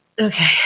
Okay